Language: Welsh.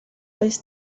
does